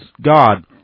God